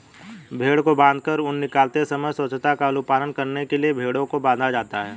भेंड़ को बाँधकर ऊन निकालते समय स्वच्छता का अनुपालन करने के लिए भेंड़ों को बाँधा जाता है